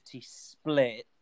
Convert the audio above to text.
split